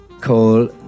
call